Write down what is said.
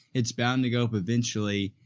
it's bound to go up eventually.